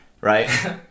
right